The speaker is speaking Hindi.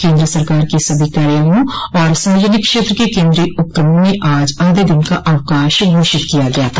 केंद्र सरकार के सभी कार्यालयों और सार्वजनिक क्षेत्र के केंद्रीय उपक्रमों में आज आधे दिन का अवकाश घोषित किया गया था